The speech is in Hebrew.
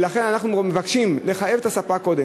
ולכן אנחנו מבקשים לחייב את הספק: קודם